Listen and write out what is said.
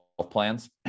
plans